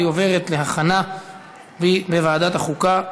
והיא עוברת להכנה בוועדת החוקה,